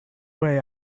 way